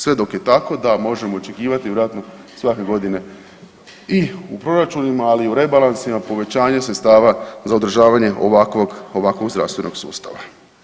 Sve dok je tako da možemo očekivati vjerojatno svake godine i u proračunima, ali i u rebalansima povećanje sredstava za održavanje ovakvog zdravstvenog sustava.